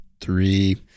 three